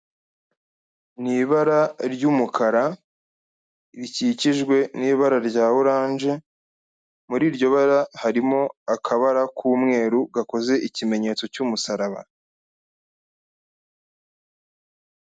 Ni ibara ry'umukara rikikijwe n'ibara rya orange, muri iryo bara harimo akabara k'umweru gakoze ikimenyetso cy'umusaraba.